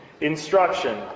instruction